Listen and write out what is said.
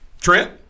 Trent